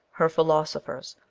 her philosophers,